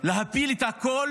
להפיל את הכול